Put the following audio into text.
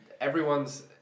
Everyone's